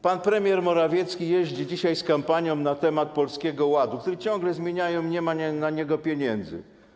Pan premier Morawiecki jeździ dzisiaj z kampanią na temat Polskiego Ładu, który ciągle zmieniają i nie ma na niego pieniędzy.